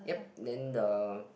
then the